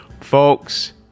Folks